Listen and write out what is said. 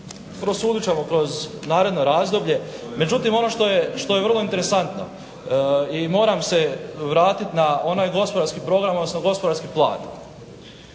prosudit ćemo kroz naredno razdoblje. Međutim ono što je vrlo interesantno i moram se vratit na onaj gospodarski program, odnosno gospodarski plan.